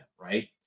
right